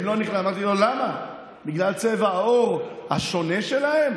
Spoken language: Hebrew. אמרתי לו: למה, בגלל צבע העור השונה שלהם?